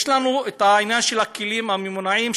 יש לנו את העניין של הכלים הממונעים,